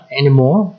anymore